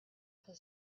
had